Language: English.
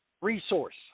resource